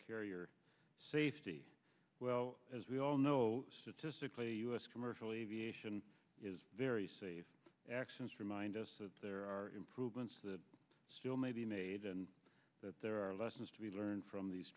carrier safety well as we all know statistically u s commercial aviation accidents remind us that there are improvements that still may be made and that there are lessons to be learned from these